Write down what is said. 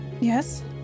Yes